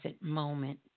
moment